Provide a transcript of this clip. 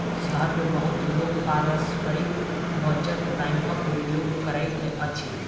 शहर मे बहुत लोक पारस्परिक बचत बैंकक उपयोग करैत अछि